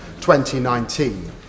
2019